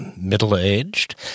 middle-aged